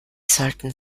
sollten